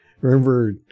remember